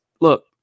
look